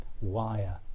wire